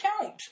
count